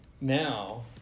now